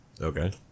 Okay